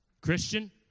Christian